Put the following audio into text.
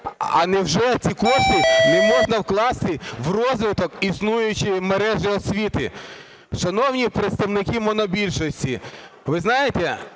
А невже ці кошти не можна вкласти в розвиток існуючої мережі освіти? Шановні представники монобільшості, ви знаєте,